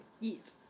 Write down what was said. Eat